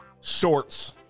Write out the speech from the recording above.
shorts